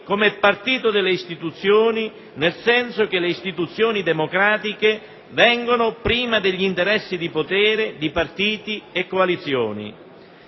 come partito delle istituzioni, nel senso che le istituzioni democratiche devono venire prima degli interessi di potere dei partiti e delle coalizioni.